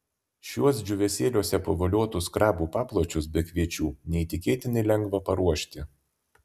šiuos džiūvėsėliuose pavoliotus krabų papločius be kviečių neįtikėtinai lengva paruošti